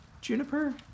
Juniper